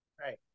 Right